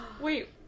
Wait